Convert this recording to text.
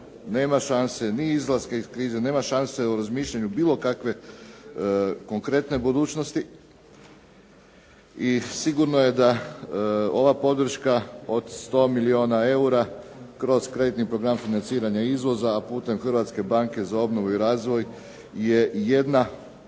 nema šanse ni izlaska iz krize, nema šanse o razmišljanju bilo kakve konkretne budućnosti i sigurno je da ova podrška od 100 milijuna eura kroz kreditni program financiranja izvoza, a putem Hrvatske banke za obnovu i razvoj je jedna,